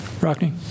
Rockney